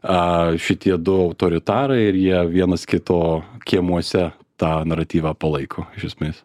a šitie du autoritarai ir jie vienas kito kiemuose tą naratyvą palaiko iš esmės